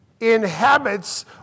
inhabits